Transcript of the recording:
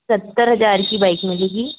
सत्तर हज़ार की बाइक मिलेगी